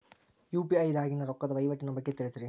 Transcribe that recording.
UPI ದಾಗಿನ ರೊಕ್ಕದ ವಹಿವಾಟಿನ ಬಗ್ಗೆ ತಿಳಸ್ರಿ